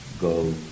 Go